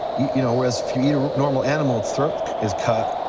you know, whereas if you eat a normal animal its throat is cut,